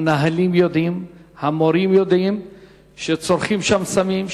המנהלים והמורים יודעים שצורכים שם סמים,